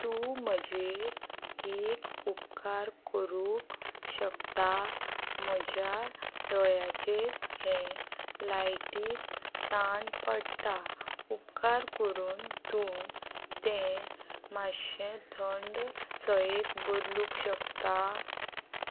तूं म्हजेर एक उपकार करूंक शकता म्हज्या दोळ्यांचेर हे लायटीन ताण पडटा उपकार करून तूं तें मातशें थंड सयेत बदलूंक शकता